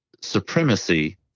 supremacy